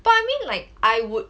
but I mean like I would